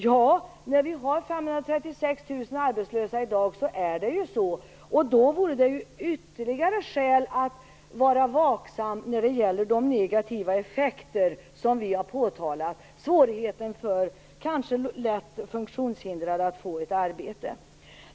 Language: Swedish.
Ja, i och med att vi i dag har 536 000 arbetslösa är det ju så, och då borde det ju finnas ytterligare skäl att vara vaksam vad gäller de negativa effekter som vi har påtalat, t.ex. svårigheten för lätt funktionshindrade att få ett arbete.